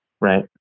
right